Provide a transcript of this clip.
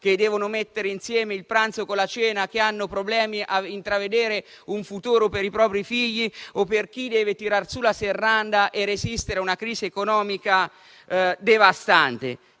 che devono mettere insieme il pranzo con la cena, che hanno problemi a intravedere un futuro per i propri figli o, per chi deve tirar su la serranda e resistere a una crisi economica devastante.